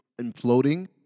imploding